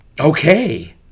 okay